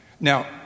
Now